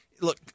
Look